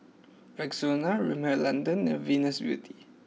Rexona Rimmel London and Venus Beauty